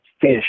fish